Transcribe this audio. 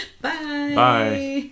Bye